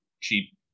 cheap